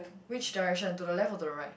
which direction to the left or to the right